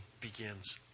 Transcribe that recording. begins